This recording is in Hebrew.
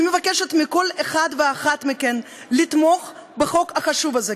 אני מבקשת מכל אחד ואחת מכם לתמוך בחוק החשוב הזה,